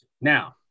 Now